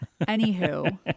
Anywho